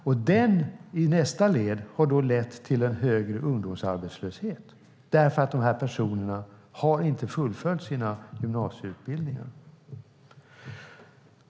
Den har i nästa led lett till en högre ungdomsarbetslöshet eftersom dessa personer inte fullföljt sin gymnasieutbildning.